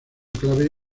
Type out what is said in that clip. clave